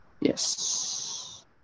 Yes